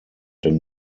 denn